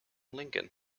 lincoln